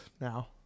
now